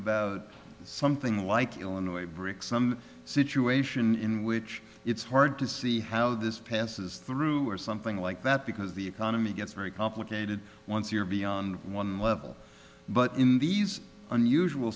about something like illinois brick some situation in which it's hard to see how this passes through or something like that because the economy gets very complicated once you're beyond one level but in these unusual